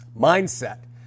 mindset